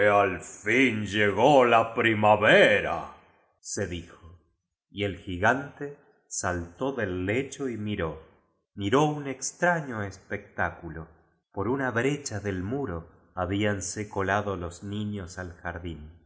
al fin llegó la primavera se dijoy el gigante saltó del lecho y miró miró un extraño espectáculo por una brecha del muro habíanse colado los ni ños al jardín